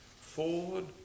Ford